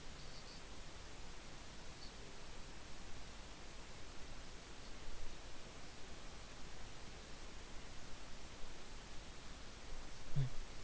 mm